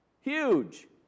huge